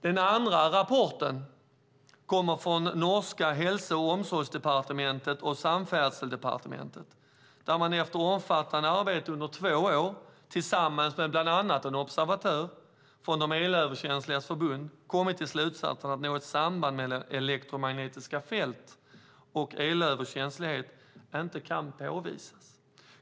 Den andra rapporten kommer från norska Helse og omsorgsdepartementet och Samferdselsdepartementet där man efter omfattande arbete under två år, tillsammans med bland annat en observatör från de elöverkänsligas förbund, kommit till slutsatsen att något samband mellan elektromagnetiska fält och elöverkänslighet inte kan påvisas.